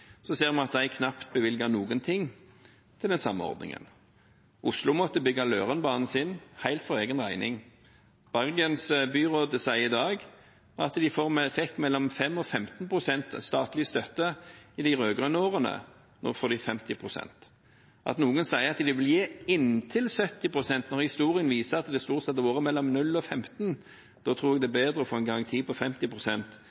ser vi at de knapt bevilget noen ting til den samme ordningen. Oslo måtte bygge Lørenbanen helt for egen regning. Bergens-byrådet sier i dag at de fikk mellom 5 og 15 pst. statlig støtte i de rød-grønne årene, nå får de 50 pst. At noen sier at det blir «inntil 70 pst.», når historien viser at det stort sett har vært mellom 0 og 15, da tror jeg det